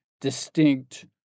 distinct